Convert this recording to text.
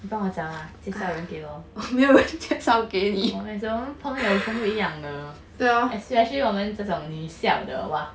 你帮我找 lah 介绍人给我我们的朋友全部都一样的 especially 我们这种女校的 !wah!